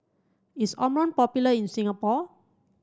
is Omron popular in Singapore